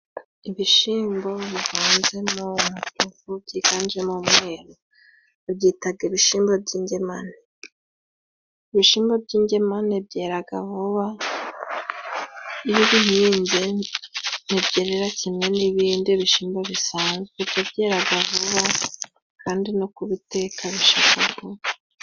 Ibishyimbo bivanze mo umutuku byiganjemo umweru, babyitaga ibishimba by'ingemane. Ibishyimbo by'ingemane byera vuba ntibyera kimwe n'ibindi bishyimbo bisanzwe, byo byera vuba kandi no kubiteka bishya vuba.